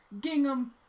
gingham